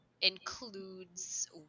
includes